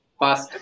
pass